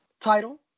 title